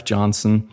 Johnson